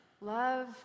Love